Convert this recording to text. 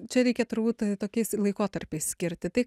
čia reikia turbūt tokiais laikotarpiais skirti tai